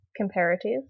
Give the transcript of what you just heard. comparative